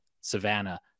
Savannah